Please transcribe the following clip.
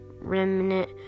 remnant